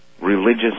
religious